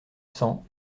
cent